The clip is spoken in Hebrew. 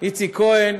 איציק כהן,